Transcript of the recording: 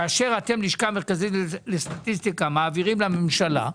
כאשר אתם הלשכה המרכזית לסטטיסטיקה מעבירים לממשלה,